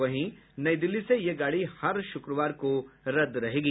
वहीं नई दिल्ली से यह गाड़ी हर शुक्रवार को रद्द रहेगी